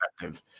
effective